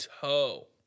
toe